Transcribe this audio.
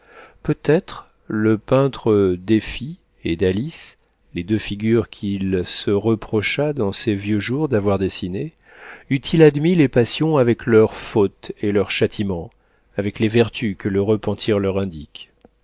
peut-être le peintre d'effie et d'alice les deux figures qu'il se reprocha dans ses vieux jours d'avoir dessinées eût-il admis les passions avec leurs fautes et leurs châtiments avec les vertus que le repentir leur indique